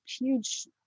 huge